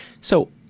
So-